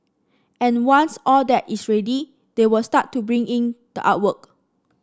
and once all that is ready they will start to bring in the artwork